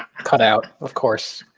cut out, of course.